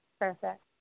perfect